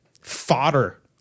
fodder